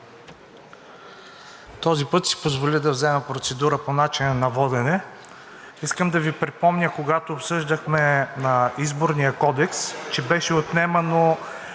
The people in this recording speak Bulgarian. Този път ще си позволя да взема процедура по начина на водене. Искам да Ви припомня, когато обсъждахме Изборния кодекс, че беше отнемано